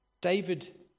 David